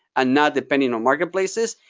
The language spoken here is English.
and not depending on marketplaces,